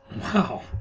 Wow